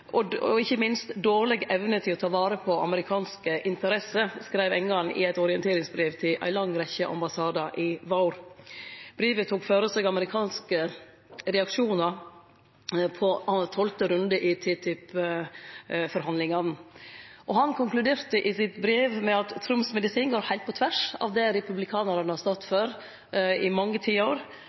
og ikkje minst deira dårlege evner til å ta vare på amerikanske interesser, skreiv Engan i eit orienteringsbrev til ei lang rekkje ambassadar i vår. Brevet tok føre seg amerikanske reaksjonar på den tolvte runden i TTIP-forhandlingane. Han konkluderte i brevet med at medisinen til Trump går heilt på tvers av det republikanarane har stått for i mange tiår,